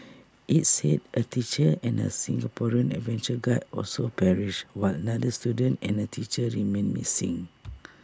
IT said A teacher and A Singaporean adventure guide also perished while another student and A teacher remain missing